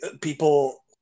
people